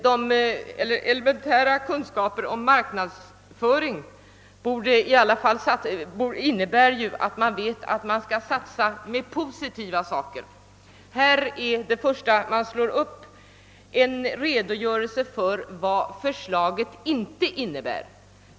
Har man elementära kunskaper i marknadsföring vet man att man skall framhålla positiva saker. Här i foldern ser man först en redogörelse för vad förslaget inte innebär.